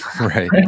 Right